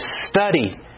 study